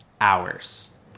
hours